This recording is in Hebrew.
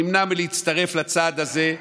נמנע מלהצטרף לצעד זה בנימוק: